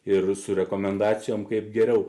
ir su rekomendacijom kaip geriau